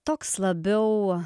toks labiau